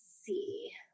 see